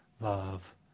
love